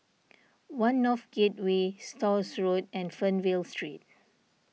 one North Gateway Stores Road and Fernvale Street